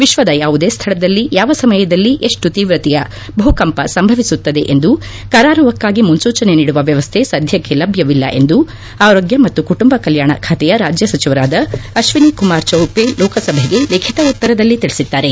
ವಿಶ್ವದ ಯಾವುದೇ ಸ್ಥಳದಲ್ಲಿ ಯಾವ ಸಮಯದಲ್ಲಿ ಎಷ್ಟು ತೀವ್ರತೆಯ ಭೂಕಂಪ ಸಂಭವಿಸುತ್ತದೆ ಎಂದು ಕರಾರುವಕ್ಕಾಗಿ ಮುನ್ಲೂಚನೆ ನೀಡುವ ವ್ಯವಸ್ಥೆ ಸದ್ದಕ್ಕೆ ಲಭ್ಯವಿಲ್ಲ ಎಂದು ಆರೋಗ್ಯ ಮತ್ತು ಕುಟುಂಬ ಕಲ್ಕಾಣ ಖಾತೆಯ ರಾಜ್ಯ ಸಚಿವರಾದ ಅಶ್ವಿನಿ ಕುಮಾರ್ ಚೌಬೆ ಲೋಕಸಭೆಗೆ ಲಿಖಿತ ಉತ್ತರದಲ್ಲಿ ತಿಳಿಸಿದ್ದಾರೆ